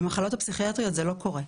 במחלות הפסיכיאטריות זה לא קורה.